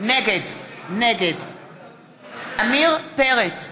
נגד עמיר פרץ,